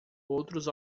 outros